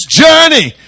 journey